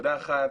נקודה אחת,